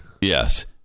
Yes